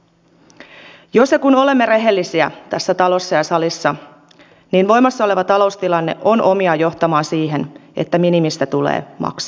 jos ja kun olemme rehellisiä tässä talossa ja salissa niin voimassa oleva taloustilanne on omiaan johtamaan siihen että minimistä tulee maksimi